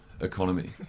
economy